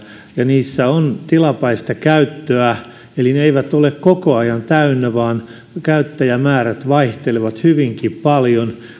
ja niissä on tilapäistä käyttöä eli ne eivät ole koko ajan täynnä vaan käyttäjämäärät vaihtelevat hyvinkin paljon ja